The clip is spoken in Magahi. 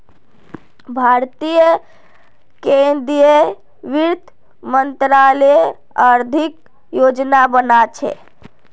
भारतीय केंद्रीय वित्त मंत्रालय आर्थिक योजना बना छे